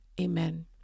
Amen